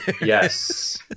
Yes